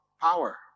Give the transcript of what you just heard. power